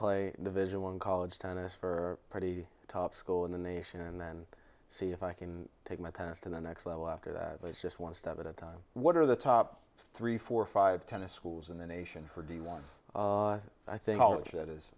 play a division one college tennis for pretty top school in the nation and then see if i can take my parents to the next level after that it's just one step at a time what are the top three four five tennis schools in the nation for do you want i think that is